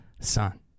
son